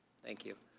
thank you,